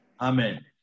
amen